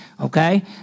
okay